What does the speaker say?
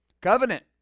Covenant